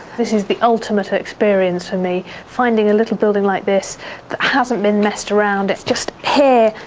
this is the ultimate ah experience for me finding a little building like this that hasn't been messed around, it's just here,